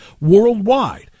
worldwide